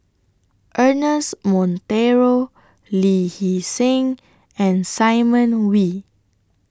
Ernest Monteiro Lee Hee Seng and Simon Wee